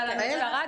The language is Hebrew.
אבל המשטרה,